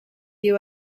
you